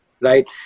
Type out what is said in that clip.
Right